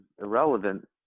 irrelevant